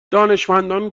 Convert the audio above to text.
دانشمندا